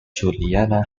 juliana